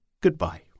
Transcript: goodbye